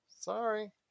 Sorry